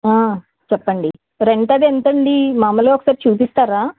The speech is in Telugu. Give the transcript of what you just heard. చెప్పండి రెంట్ అది ఎంతండీ మామూలుగా ఒకసారి చూపిస్తారా